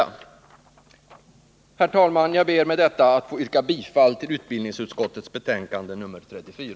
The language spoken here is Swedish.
E Herr talman, jag ber med detta att få yrka bifall till hemställan i dess helhet i utbildningsutskottets betänkande nr 34.